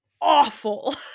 awful